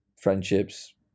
friendships